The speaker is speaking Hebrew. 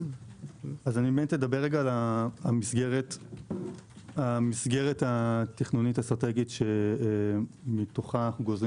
אני באמת אדבר על המסגרת התכנונית האסטרטגית שמתוכה אנחנו גוזרים